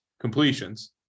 Completions